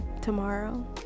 tomorrow